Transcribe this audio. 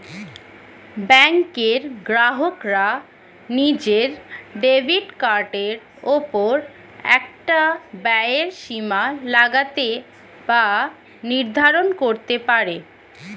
ব্যাঙ্কের গ্রাহকরা নিজের ডেবিট কার্ডের ওপর একটা ব্যয়ের সীমা লাগাতে বা নির্ধারণ করতে পারে